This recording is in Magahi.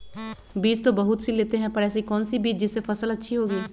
बीज तो बहुत सी लेते हैं पर ऐसी कौन सी बिज जिससे फसल अच्छी होगी?